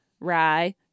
Rye